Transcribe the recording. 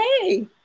Hey